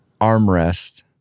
armrest